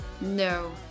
No